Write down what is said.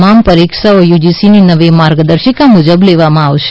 તમામ પરીક્ષાઓ યુજીસીની નવી માર્ગદર્શિકા મૂજબ લેવામાં આવશે